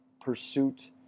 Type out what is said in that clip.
pursuit